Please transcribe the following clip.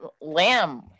Lamb